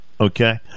Okay